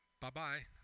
Bye-bye